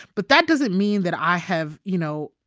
but that doesn't mean that i have, you know,